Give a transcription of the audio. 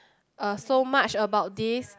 uh so much about this